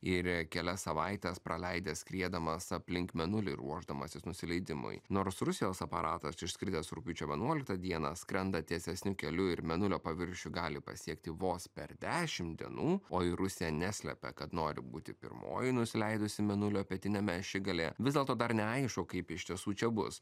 ir kelias savaites praleidęs skriedamas aplink mėnulį ruošdamasis nusileidimui nors rusijos aparatas išskridęs rugpjūčio vienuoliktą dieną skrenda tiesesniu keliu ir mėnulio paviršių gali pasiekti vos per dešimt dienų o ir rusija neslepia kad nori būti pirmoji nusileidusi mėnulio pietiniame ašigalyje vis dėlto dar neaišku kaip iš tiesų čia bus